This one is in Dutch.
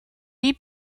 die